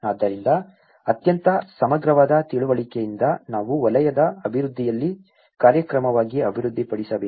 ಆದ್ದರಿಂದ ಅತ್ಯಂತ ಸಮಗ್ರವಾದ ತಿಳುವಳಿಕೆಯಿಂದ ನಾವು ವಲಯದ ಅಭಿವೃದ್ಧಿಯಲ್ಲಿ ಕಾರ್ಯಕ್ರಮವಾಗಿ ಅಭಿವೃದ್ಧಿಪಡಿಸಬೇಕೇ